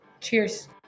Cheers